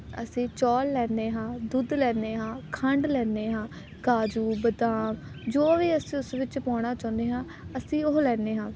ਅਸੀਂ ਚੌਲ ਲੈਂਦੇ ਹਾਂ ਦੁੱਧ ਲੈਂਦੇ ਹਾਂ ਖੰਡ ਲੈਂਦੇ ਹਾਂ ਕਾਜੂ ਬਦਾਮ ਜੋ ਵੀ ਅਸੀਂ ਉਸ ਵਿੱਚ ਪਾਉਣਾ ਚਾਹੁੰਦੇ ਹਾਂ ਅਸੀਂ ਉਹ ਲੈਂਦੇ ਹਾਂ